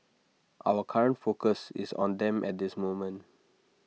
our current focus is on them at this moment